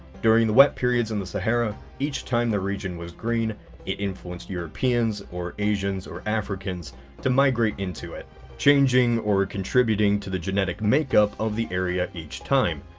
during the wet periods in the sahara each time the region was green it influenced europeans or asians or africans to migrate into. it changing or contributing to the genetic makeup of the area each time.